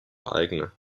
eigene